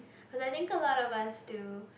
cause I think a lot of us do